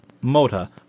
Mota